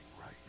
right